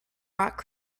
rock